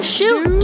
Shoot